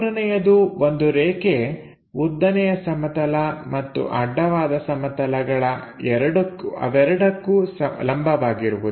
ಮೂರನೆಯದು ಒಂದು ರೇಖೆ ಉದ್ದನೆಯ ಸಮತಲ ಮತ್ತು ಅಡ್ಡವಾದ ಸಮತಲಗಳ ಎರಡಕ್ಕೂ ಲಂಬವಾಗಿರುವುದು